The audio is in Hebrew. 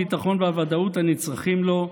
הביטחון והוודאות הנצרכים לו,